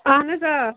اہن حظ آ